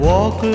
Walk